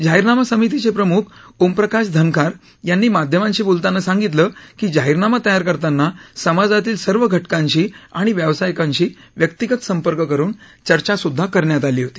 जाहीरनामा समितीचे प्रमुख ओम प्रकाश धनखार यांनी माध्यमांशी बोलताना सांगितलं की जाहीरनामा तयार करताना समाजातील सर्व घटकांशी व्यावसायीकांशी व्यक्तीगत संपर्क करुन चर्चा करण्यात आली होती